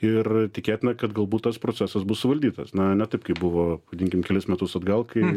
ir tikėtina kad galbūt tas procesas bus suvaldytas na ne taip kaip buvo vadinkim kelis metus atgal kai